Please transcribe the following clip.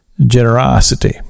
Generosity